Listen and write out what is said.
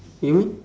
you mean